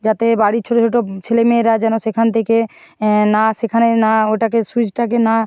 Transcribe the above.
যাতে বাড়ির ছোটো ছোটো ছেলে মেয়েরা যেন সেখান থেকে না সেখানে না ওটাকে সুইচটাকে না